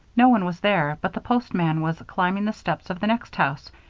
no one was there, but the postman was climbing the steps of the next house,